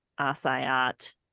Asayat